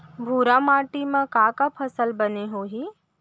भूरा माटी मा का का फसल बने होही?